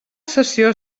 sessió